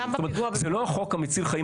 זאת אומרת: זה לא החוק מציל החיים